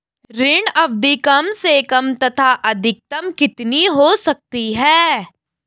ऋण अवधि कम से कम तथा अधिकतम कितनी हो सकती है?